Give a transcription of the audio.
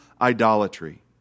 idolatry